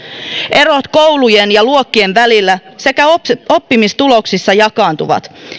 erot koulujen ja luokkien välillä sekä oppimistuloksissa jakaantuvat